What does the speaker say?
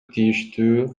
тийиштүү